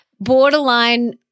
borderline